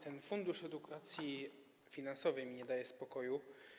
Ten Fundusz Edukacji Finansowej nie daje mi spokoju.